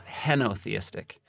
henotheistic